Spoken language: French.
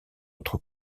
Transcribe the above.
autre